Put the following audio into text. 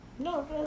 No